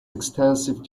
extensive